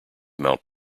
mount